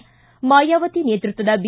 ್ಷಿ ಮಾಯಾವತಿ ನೇತೃತ್ವದ ಬಿ